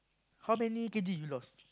how many K_G you lost